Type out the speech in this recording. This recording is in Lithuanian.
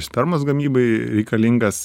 spermos gamybai reikalingas